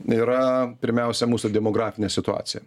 yra pirmiausia mūsų demografinė situacija